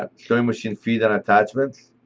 um sewing machine feet and attachments.